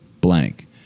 blank